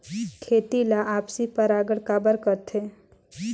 खेती ला आपसी परागण काबर करथे?